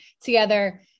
together